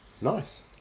Nice